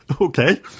okay